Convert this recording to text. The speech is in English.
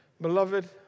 Beloved